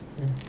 mm